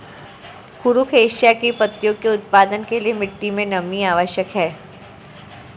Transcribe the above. कुरुख एशिया की पत्तियों के उत्पादन के लिए मिट्टी मे नमी आवश्यक है